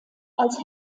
als